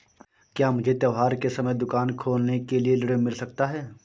क्या मुझे त्योहार के समय दुकान खोलने के लिए ऋण मिल सकता है?